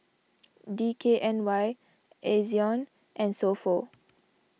D K N Y Ezion and So Pho